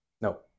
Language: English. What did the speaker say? No